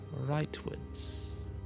rightwards